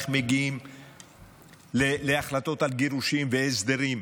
איך מגיעים להחלטות על גירושין והסדרים,